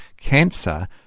cancer